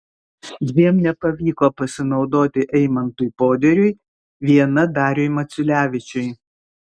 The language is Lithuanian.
dviem nepavyko pasinaudoti eimantui poderiui viena dariui maciulevičiui